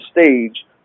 stage